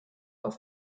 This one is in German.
auf